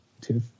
Two